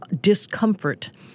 discomfort